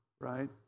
right